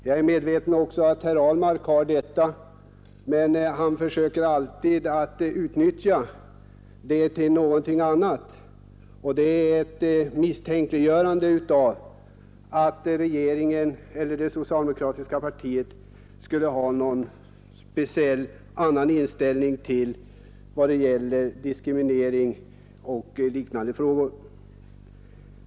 Jag är medveten om att också herr Ahlmark har detta intresse, men han försöker alltid att utnyttja det till någonting annat, nämligen till att misstänkliggöra och att skapa ett intryck av att regeringen eller det socialdemokratiska partiet skulle ha någon speciell annan inställning i vad gäller diskriminering och liknande frågor.